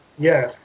Yes